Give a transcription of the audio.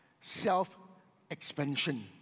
Self-expansion